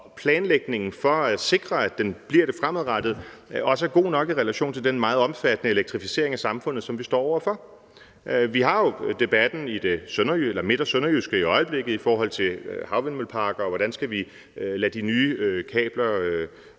om planlægningen for at sikre, at den bliver det fremadrettet, også er god nok i relation til den meget omfattende elektrificering af samfundet, som vi står over for. Vi har jo debatten i det midt- og sønderjyske i øjeblikket i forhold til havvindmølleparker og hvordan vi skal lade de nye kabler løbe.